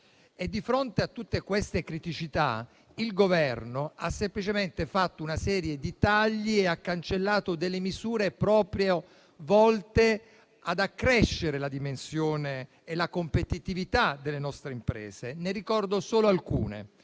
Di fronte a tutte queste criticità, il Governo ha semplicemente operato una serie di tagli, cancellando misure volte proprio ad accrescere la dimensione e la competitività delle nostre imprese. Ne ricordo solo alcune: